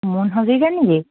মুন হজৰিকা নেকি